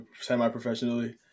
semi-professionally